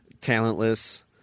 talentless